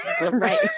right